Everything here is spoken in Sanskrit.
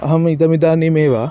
अहम् इदमिदानीमेव